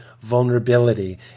vulnerability